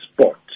sport